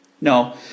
No